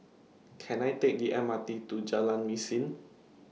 Can I Take The M R T to Jalan Mesin